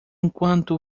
enquanto